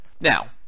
Now